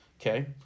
okay